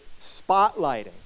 spotlighting